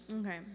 okay